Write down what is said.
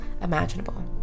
imaginable